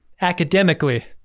Academically